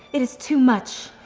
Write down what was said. it is too much.